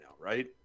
right